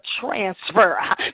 transfer